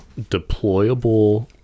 deployable